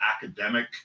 academic